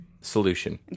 solution